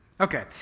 Okay